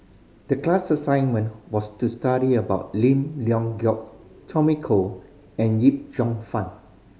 the class assignment was to study about Lim Leong Geok Tommy Koh and Yip Cheong Fun